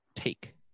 take